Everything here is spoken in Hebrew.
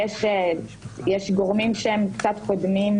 יש גורמים שהם קצת קודמים,